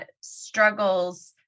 struggles